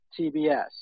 TBS